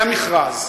היה מכרז,